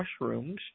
mushrooms